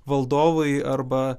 valdovui arba